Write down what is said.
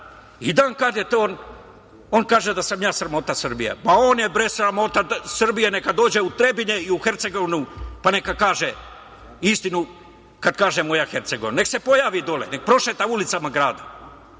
rekao da je koruptiran, on kaže da sam ja sramota Srbije. On je, bre, sramota Srbije, neka dođe u Trebinje i u Hercegovinu, pa neka kaže istinu kada kaže – moja Hercegovina. Neka se pojavi dole, neka prošeta ulicama